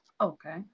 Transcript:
Okay